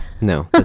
no